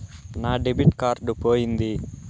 నా debit card పోయింది